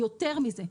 יותר מזה.